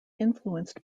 influenced